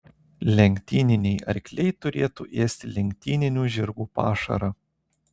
lenktyniniai arkliai turėtų ėsti lenktyninių žirgų pašarą